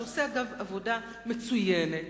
שאגב עושה עבודה מצוינת.